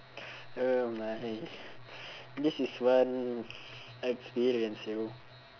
oh my this is one experience yo